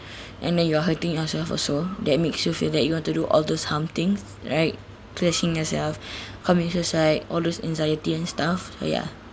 and then you are hurting yourself also that makes you feel that you want to do all those harm things right thrashing yourself commit suicide all those anxiety and stuff so ya